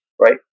right